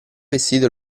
vestito